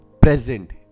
present